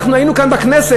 אנחנו היינו כאן בכנסת,